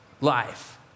life